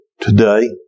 today